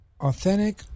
authentic